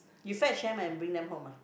you fetch them and bring them home ah